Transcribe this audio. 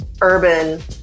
urban